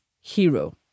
hero